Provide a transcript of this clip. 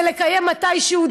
לקיים דיון מתישהו,